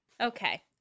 Okay